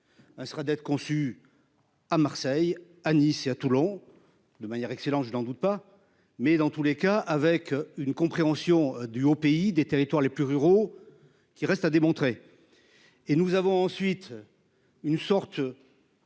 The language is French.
Hein, serait d'être conçu. À Marseille, à Nice et à Toulon, de manière excellente. Je n'en doute pas, mais dans tous les cas avec une compréhension du au pays des territoires les plus ruraux qui reste à démontrer. Et nous avons ensuite. Une sorte.